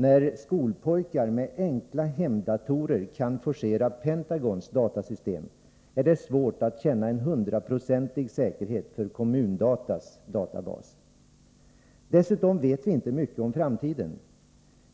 När skolpojkar med enkla hemdatorer kan forcera Pentagons datasystem är det svårt att känna en hundraprocentig säkerhet för Kommun-Datas databas. Dessutom vet vi inte mycket om framtiden.